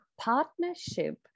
partnership